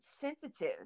sensitive